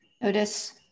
notice